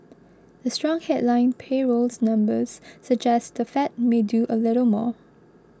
the strong headline payrolls numbers suggest the Fed may do a little more